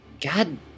God